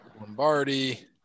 Lombardi